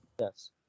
Yes